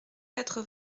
quatre